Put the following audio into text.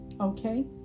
Okay